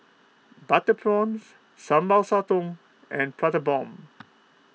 Butter Prawns Sambal Sotong and Prata Bomb